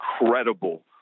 incredible